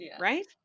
right